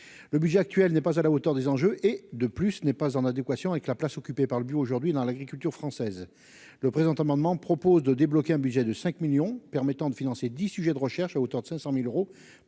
le budget actuel n'est pas à la hauteur des enjeux et de plus n'est pas en adéquation avec la place occupée par le but aujourd'hui dans l'agriculture française le présent amendement propose de débloquer un budget de 5 millions permettant de financer 10 sujet de recherche à hauteur de 500000 euros